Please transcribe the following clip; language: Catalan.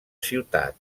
ciutat